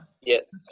yes